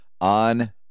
on